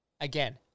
Again